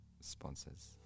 sponsors